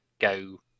go